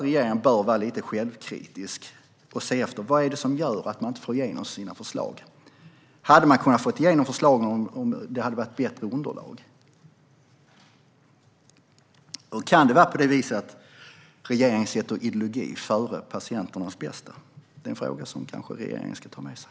Regeringen bör ändå vara lite självkritisk och titta på vad det är som gör att man inte får igenom sina förslag. Hade man kunnat få igenom förslagen om underlaget hade varit bättre? Kan det vara på det sättet att regeringen sätter ideologi före patienternas bästa? Det är en fråga som regeringen kanske ska ta med sig.